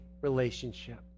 relationship